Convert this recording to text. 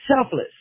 Selfless